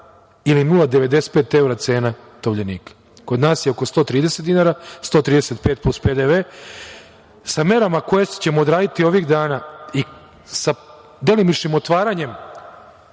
ili 0,95 evra cena tovljenika. Kod nas je oko 130 dinara, 135 plus PDV.Sa merama koje ćemo odraditi ovih dana i sa delimičnim otvaranjem